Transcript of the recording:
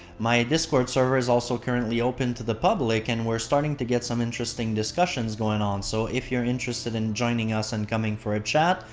my discord server is also currently open to the public and we're starting to get some interesting discussions going on so if you're interested in joining us and coming for a chat,